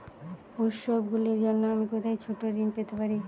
উত্সবগুলির জন্য আমি কোথায় ছোট ঋণ পেতে পারি?